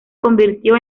convirtió